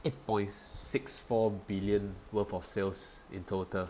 eight point six four billion worth of sales in total